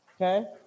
okay